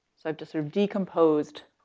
so i've just sort of decomposed,